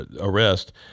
arrest